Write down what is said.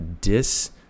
dis